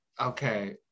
Okay